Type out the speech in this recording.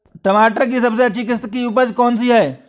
टमाटर की सबसे अच्छी किश्त की उपज कौन सी है?